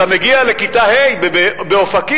אתה מגיע לכיתה ה' באופקים,